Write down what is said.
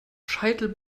scheitel